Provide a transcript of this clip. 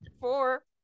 four